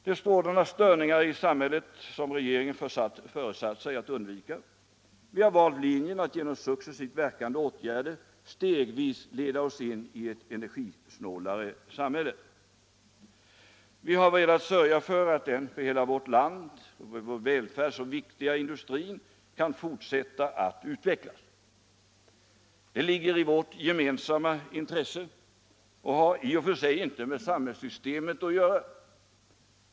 Det är sådana störningar i samhället som regeringen föresatt sig att undvika. Vi har valt linjen att genom successivt verkande åtgärder stegvis leda oss in i ett energisnålare samhälle. Vi har velat sörja för att den för hela vårt land och vår välfärd så viktiga industrin skall kunna fortsätta att utvecklas. Det ligger i vårt gemensamma intresse och har i och för sig inte med samhällssystemet att göra.